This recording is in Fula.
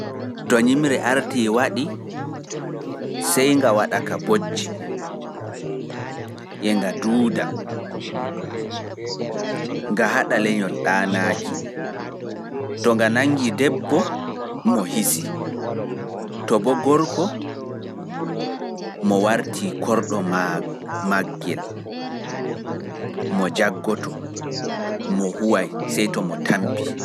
To nyiwre waɗi sai nga waɗa ka bojji nga haɗa lenyol ɗaanaki, to nga nangi debbo mo hisi, to bo gorko mo warti korɗo maaako.